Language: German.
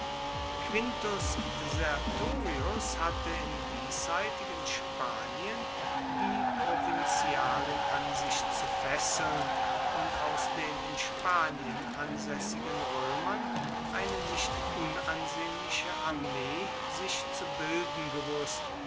quintus sertorius hatte im diesseitigen spanien die provinzialen an sich zu fesseln und aus den in spanien ansässigen römern eine nicht unansehnliche armee sich zu bilden gewußt